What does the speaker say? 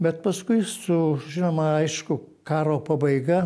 bet paskui su žinoma aišku karo pabaiga